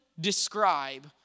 describe